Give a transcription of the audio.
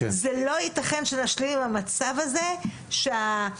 זה לא יתכן שנשלים עם המצב הזה שהחינוך